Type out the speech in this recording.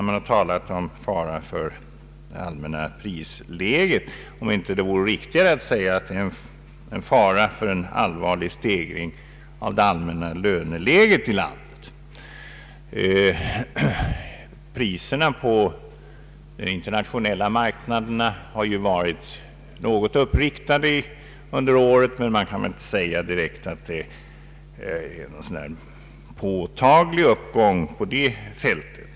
Man talar om fara för det allmänna prisläget, men frågan är om det inte vore riktigare att tala om en fara för en allvarlig stegring av det allmänna löneläget i landet. Priserna på de internationella marknaderna har varit något uppåtriktade under året, men man kan inte direkt säga att det varit fråga om en påtaglig uppgång på det fältet.